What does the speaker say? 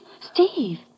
Steve